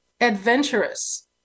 adventurous